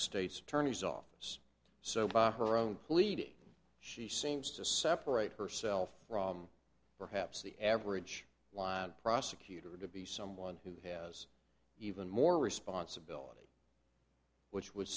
state's attorney's office so by her own pleading she seems to separate herself from perhaps the average line prosecutor to be someone who has even more responsibility which would